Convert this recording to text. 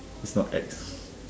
is not X